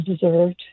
deserved